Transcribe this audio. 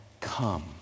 come